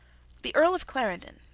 the earl of clarendon,